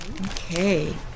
Okay